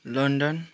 London